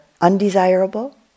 undesirable